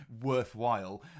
worthwhile